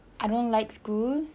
siapa yang suka first of all